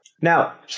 Now